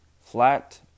Flat